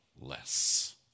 less